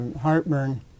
heartburn